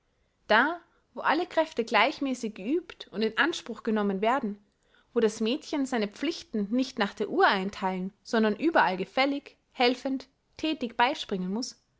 da wo alle kräfte gleichmäßig geübt und in anspruch genommen werden wo das mädchen seine pflichten nicht nach der uhr eintheilen sondern überall gefällig helfend thätig beispringen muß